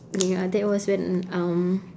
ya that was when um